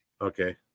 okay